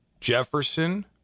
Jefferson